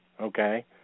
Okay